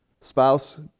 spouse